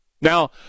Now